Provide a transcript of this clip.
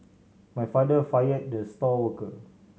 my father fire the star worker